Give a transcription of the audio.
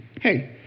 hey